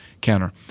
counter